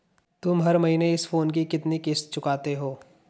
तुम हर महीने इस फोन की कितनी किश्त चुकाते हो?